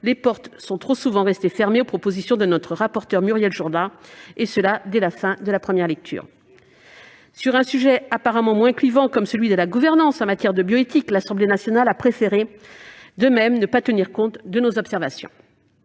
les portes sont trop souvent restées fermées aux propositions de notre rapporteur Muriel Jourda, et ce dès la fin de la première lecture. Et pourtant ... Sur un sujet apparemment moins clivant comme celui de la gouvernance en matière de bioéthique, l'Assemblée nationale a préféré, de la même façon, ne pas tenir compte de nos observations.